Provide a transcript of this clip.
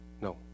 No